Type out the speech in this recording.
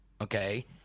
okay